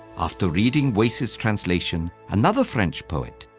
after reading wace's translation, another french poet,